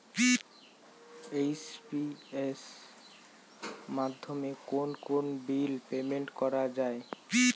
AEPS মাধ্যমে কোন কোন বিল পেমেন্ট করা যায়?